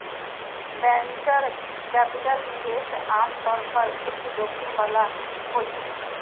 venture capital निवेश आम तौर पर उच्च जोखिम बला होइ छै